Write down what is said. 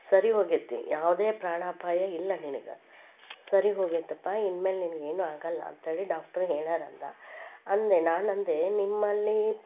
ಸರಿ ಹೋಗಿದೆ ಯಾವುದೇ ಪ್ರಾಣಾಪಾಯ ಇಲ್ಲ ನಿನಗೆ ಸರಿ ಹೋಗಿದೆಯಪ್ಪ ಇನ್ಮೇಲೆ ನಿನ್ಗಗೆ ಏನೂ ಆಗೋಲ್ಲ ಅಂತೇಳಿ ಡಾಕ್ಟ್ರ್ ಹೇಳಿದಾರೆ ಅಂದ ಅಂದೆ ನಾನಂದೆ ನಿಮ್ಮಲ್ಲೀ